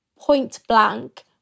point-blank